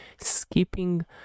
skipping